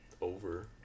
over